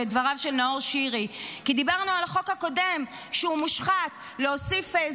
לך נורא חשוב להעיר על